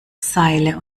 seile